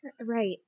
Right